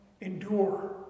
endure